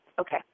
Okay